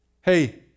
hey